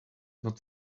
not